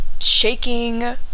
shaking